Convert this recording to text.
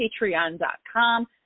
patreon.com